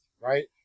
right